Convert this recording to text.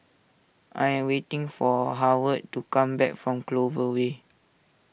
I am waiting for Howard to come back from Clover Way